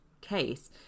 case